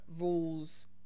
rules